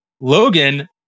Logan